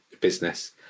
business